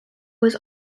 was